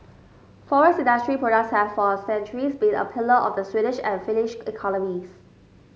forest industry products have for centuries been a pillar of the Swedish and Finnish economies